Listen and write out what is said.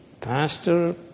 Pastor